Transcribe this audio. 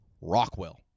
Rockwell